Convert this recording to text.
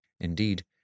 Indeed